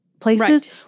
places